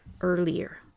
earlier